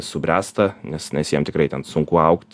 subręsta nes nes jiem tikrai ten sunku augt